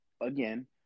again